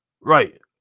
Right